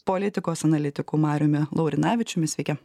politikos analitiku mariumi laurinavičiumi sveiki